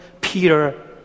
Peter